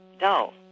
dull